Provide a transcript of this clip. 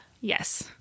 Yes